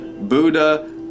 Buddha